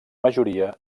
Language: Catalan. majoria